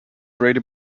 brady